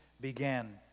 began